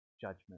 judgment